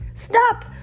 Stop